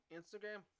Instagram